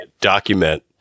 document